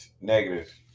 Negative